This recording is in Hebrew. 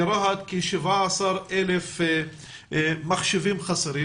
ברהט חסרים כ-17,000 מחשבים.